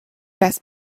best